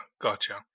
Gotcha